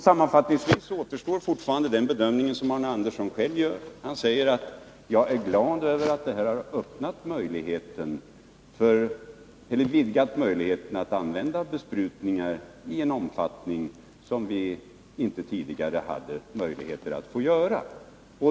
Sammanfattningsvis vill jag säga att fortfarande återstår den bedömning Arne Andersson själv gör. Han säger att han är glad över att möjligheterna har vidgats att använda besprutningar i en omfattning som vi inte tidigare fick lov att göra.